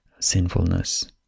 sinfulness